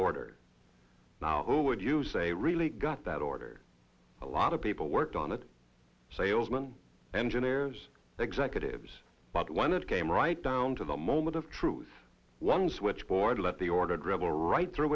order now who would you say really got that order a lot of people worked on it the salesman engineers the executives but when it came right down to the moment of truth one switchboard let the order dribble right through